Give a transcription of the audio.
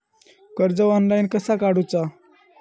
कर्ज ऑनलाइन कसा काडूचा?